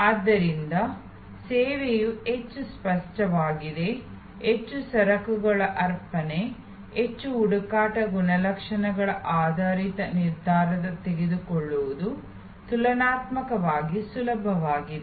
ಆದ್ದರಿಂದ ಸೇವೆಯು ಹೆಚ್ಚು ಸ್ಪಷ್ಟವಾಗಿದೆ ಹೆಚ್ಚು ಸರಕುಗಳು ಅರ್ಪಣೆ ಹೆಚ್ಚು ಹುಡುಕಾಟ ಗುಣಲಕ್ಷಣ ಆಧಾರಿತ ನಿರ್ಧಾರ ತೆಗೆದುಕೊಳ್ಳುವುದು ತುಲನಾತ್ಮಕವಾಗಿ ಸುಲಭವಾಗಿದೆ